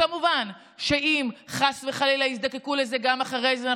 כמובן שאם חס וחלילה יזדקקו לזה גם אחרי זה,